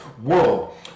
world